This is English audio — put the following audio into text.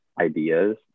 ideas